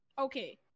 okay